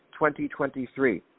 2023